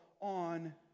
on